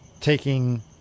taking –